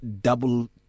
double